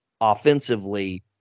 offensively